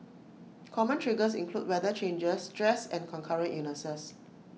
common triggers include weather changes stress and concurrent illnesses